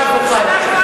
ממי אתם פחדתם?